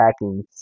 attacking